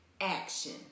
action